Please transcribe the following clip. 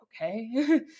okay